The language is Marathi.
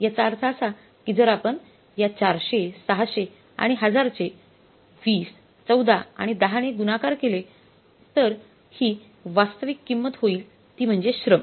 याचा अर्थ असा की जर आपण या 400 600 आणि 1000 चे 20 14 आणि 10 ने गुणाकार केले तर ही वास्तविक किंमत होईल ती म्हणजे श्रम